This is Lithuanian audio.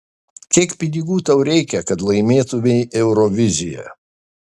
kiek pinigų tau reikia kad laimėtumei euroviziją